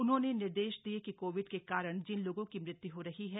उन्होंने निर्देश दिये कि कोविड के कारण जिन लोगों की मृत्यु हो रही है